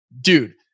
dude